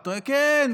כן.